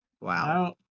wow